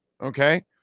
Okay